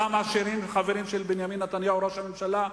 אותם עשירים, חברים של בנימין נתניהו, ראש הממשלה?